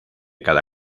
cada